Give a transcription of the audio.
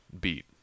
beat